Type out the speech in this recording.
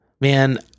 Man